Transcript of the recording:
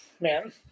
man